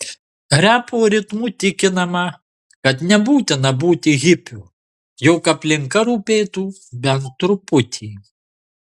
repo ritmu tikinama kad nebūtina būti hipiu jog aplinka rūpėtų bent truputį